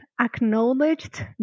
Acknowledged